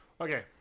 Okay